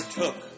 took